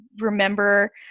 remember